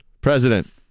President